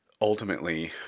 ultimately